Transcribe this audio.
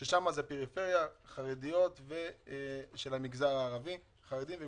מדובר שם על פריפריה, חרדיות ומגזר ערבי.